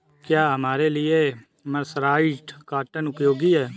क्या हमारे लिए मर्सराइज्ड कॉटन उपयोगी है?